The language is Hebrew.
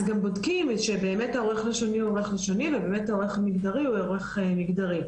גם בודקים שהעורך הלשוני הוא עורך לשוני והעורך המגדרי הוא עורך מגדרי.